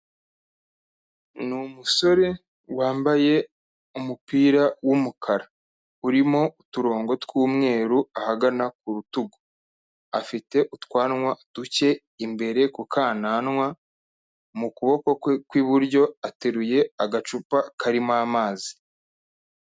Ni umusore wambaye umupira w'umukara urimo uturongo tw'umweru ahagana ku rutugu, afite utwanwa duke imbere kukananwa, mu kuboko kwe kw'iburyo ateruye agacupa karimo amazi.